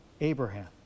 Abraham